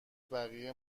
بقیه